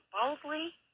boldly